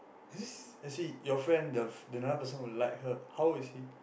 he's is he your friend the f~ the another person who like her how old is he